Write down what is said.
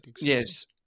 Yes